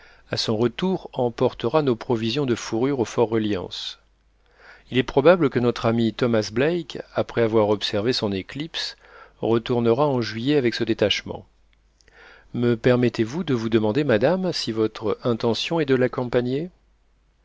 à son retour emportera nos provisions de fourrures au fort reliance il est probable que notre ami thomas black après avoir observé son éclipse retournera en juillet avec ce détachement me permettez-vous de vous demander madame si votre intention est de l'accompagner